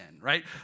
right